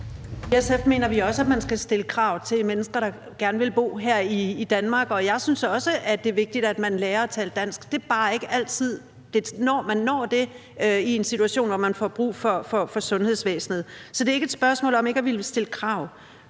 I SF mener vi også, at man skal stille krav til mennesker, der gerne vil bo her i Danmark, og jeg synes også, at det er vigtigt, at man lærer at tale dansk. Det er bare ikke altid, man når det i en situation, hvor man får brug for sundhedsvæsenet, så det er ikke et spørgsmål om ikke at ville stille krav.